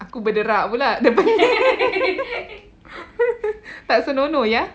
aku berderak pula tak senonoh ya